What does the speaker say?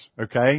okay